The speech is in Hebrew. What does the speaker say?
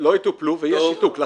יטופלו ויהיה שיתוק.